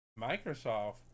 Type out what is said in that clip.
Microsoft